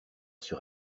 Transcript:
sur